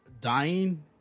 dying